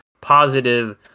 positive